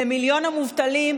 למיליון המובטלים,